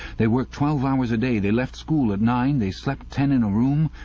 they worked twelve hours a day, they left school at nine, they slept ten in a room.